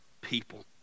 people